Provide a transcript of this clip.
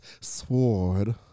sword